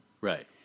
Right